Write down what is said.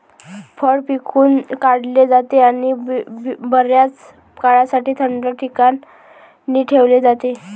फळ पिळून काढले जाते आणि बर्याच काळासाठी थंड ठिकाणी ठेवले जाते